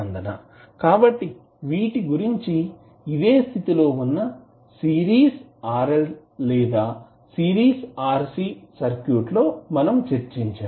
కాబట్టి వీటి గురించి ఇదే స్థితి లో వున్నా సిరీస్ RL లేదా సిరీస్ RC సర్క్యూట్స్ లో చర్చించాం